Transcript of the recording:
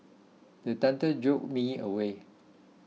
the thunder jolt me awake